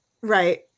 Right